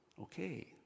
Okay